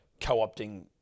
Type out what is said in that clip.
co-opting